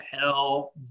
hell